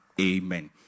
Amen